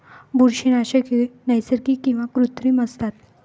बुरशीनाशके नैसर्गिक किंवा कृत्रिम असतात